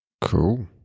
Cool